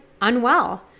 unwell